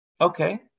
Okay